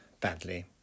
badly